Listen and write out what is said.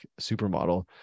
supermodel